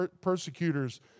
persecutor's